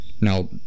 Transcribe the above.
now